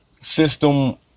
system